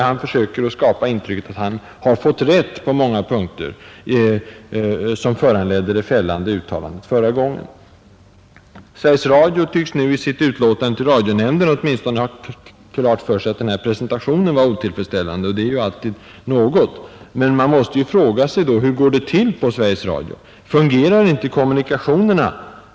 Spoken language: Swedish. Han försöker alltså skapa intrycket att han ”fått rätt” på sådana punkter, som föranledde det fällande uttalandet förra gången. Svergies Radio tycks i sitt utlåtande till radionämnden åtminstone ha klart för sig att denna presentation är otillfredsställande, och det är alltid något, men man måste då fråga sig: Hur går det till på Sveriges Radio? Fungerar inte kommunikationerna?